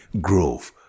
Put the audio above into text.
growth